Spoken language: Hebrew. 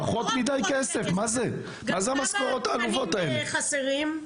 כמה שוטרים חסרים?